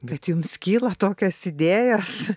bet jums kyla tokios idėjos